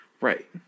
Right